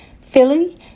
Philly